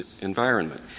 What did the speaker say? environment